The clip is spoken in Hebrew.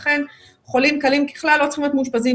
אכן, חולים קלים, ככלל לא צריכים להיות מאושפזים.